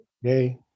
Yay